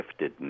giftedness